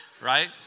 Right